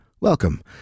Welcome